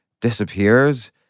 disappears